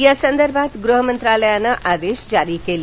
या संदर्भात गृह मंत्रालयानं आदेश जारी केले